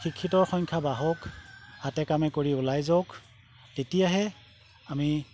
শিক্ষিতৰ সংখ্যা বাঢ়ক হাতে কামে কৰি ওলাই যাওক তেতিয়াহে আমি